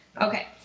okay